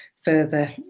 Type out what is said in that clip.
further